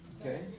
Okay